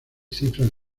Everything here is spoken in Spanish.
cifras